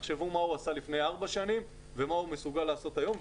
תחשבו מה הוא עשה לפני ארבע שנים ומה הוא מסוגל לעשות היום,